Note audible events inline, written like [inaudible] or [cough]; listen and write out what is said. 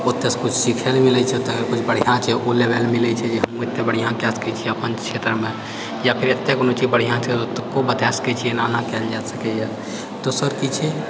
ओतयसँ कुछ सीखै लए मिलै छै ओतय कुछ बढिआँ छै [unintelligible] मिलै छै बढ़िआँ कए सकै छियै अपन क्षेत्रमे या फेर एतऽ कोनो चीज बढ़िआँ छै ओतुको बताए सकै छियै एना एना कयल जा सकै यऽ दोसर की छै